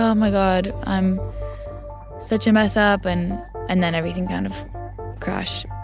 um my god, i'm such a mess up. and and then everything kind of crashed